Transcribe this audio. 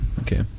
Okay